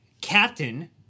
Captain